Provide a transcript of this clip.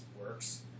works